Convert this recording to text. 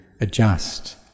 adjust